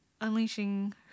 unleashing